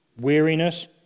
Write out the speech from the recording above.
weariness